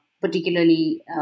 particularly